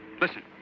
Listen